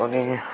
अनि